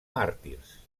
màrtirs